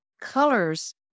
colors